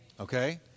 okay